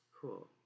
cool